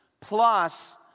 plus